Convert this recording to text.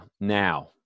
Now